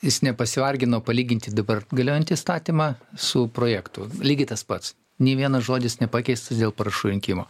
jis nepasivargino palyginti dabar galiojantį įstatymą su projektu lygiai tas pats nei vienas žodis nepakeistas dėl parašų rinkimo